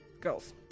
girls